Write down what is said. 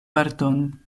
parton